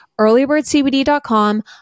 earlybirdcbd.com